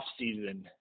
offseason